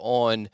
on